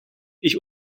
ich